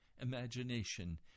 imagination